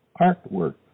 Artwork